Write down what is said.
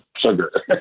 sugar